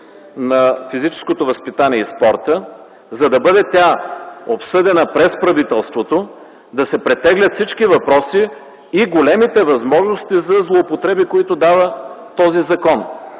на физическото възпитание и спорта, за да бъде тя обсъдена през правителството, да се претеглят всички въпроси и големите възможности за злоупотреби, които дава този закон.